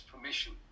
permission